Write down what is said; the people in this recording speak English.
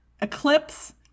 Eclipse